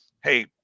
hey